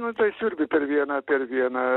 nu tai siurbi per vieną per vieną